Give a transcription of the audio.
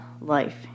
life